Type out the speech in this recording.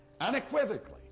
Unequivocally